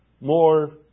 More